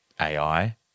AI